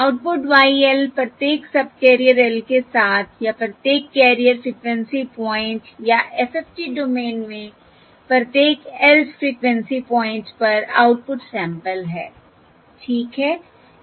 output Y l प्रत्येक subcarrier l के साथ या प्रत्येक कैरियर फ़्रीक्वेंसी पॉइंट या FFT डोमेन में प्रत्येक lth फ़्रीक्वेंसी पॉइंट पर आउटपुट सैंपल है ठीक है